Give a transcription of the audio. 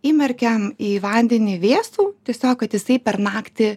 įmerkiam į vandenį vėsų tiesiog kad jisai per naktį